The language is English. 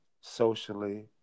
socially